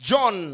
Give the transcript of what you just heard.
John